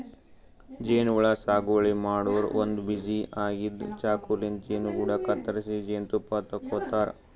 ಜೇನಹುಳ ಸಾಗುವಳಿ ಮಾಡೋರು ಒಂದ್ ಬಿಸಿ ಆಗಿದ್ದ್ ಚಾಕುಲಿಂತ್ ಜೇನುಗೂಡು ಕತ್ತರಿಸಿ ಜೇನ್ತುಪ್ಪ ತಕ್ಕೋತಾರ್